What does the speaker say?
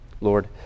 Lord